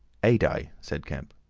adye, said kemp.